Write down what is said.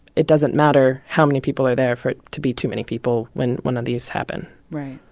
it doesn't matter how many people are there for it to be too many people when one of these happen right.